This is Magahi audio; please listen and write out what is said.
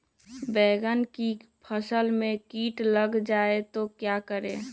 बैंगन की फसल में कीट लग जाए तो क्या करें?